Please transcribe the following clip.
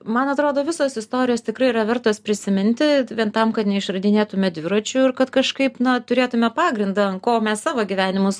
man atrodo visos istorijos tikrai yra vertos prisiminti vien tam kad neišradinėtume dviračių ir kad kažkaip na turėtume pagrindą ant ko mes savo gyvenimus